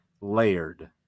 layered